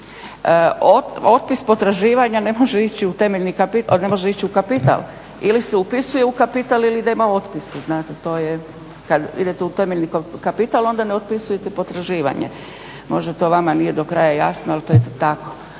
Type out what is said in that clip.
Otpis potraživanja ne može ići u temeljni kapital, ili se upisuje u kapital ili nema otpisa, znate to je kad idete u temeljni kapital onda ne otpisujete potraživanje. Možda to vama nije do kraja jasno ali to je tako.